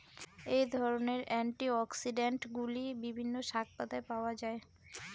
এই ধরনের অ্যান্টিঅক্সিড্যান্টগুলি বিভিন্ন শাকপাতায় পাওয়া য়ায়